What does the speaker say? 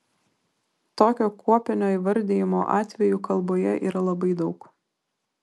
tokio kuopinio įvardijimo atvejų kalboje yra labai daug